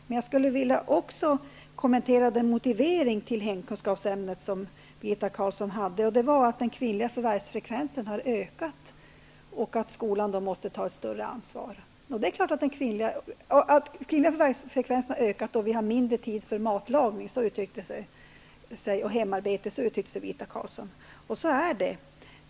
Men jag skulle också vilja kommentera den motivering till hemkunskapsämnet som Birgitta Carlsson anförde, nämligen att den kvinnliga förvärvsfrekvensen har ökat och att vi har mindre tid för matlagning och hemarbete, och att skolan då måste ta större ansvar. Så är det.